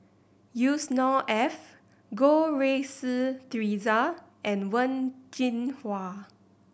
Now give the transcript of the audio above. Yusnor Ef Goh Rui Si Theresa and Wen Jinhua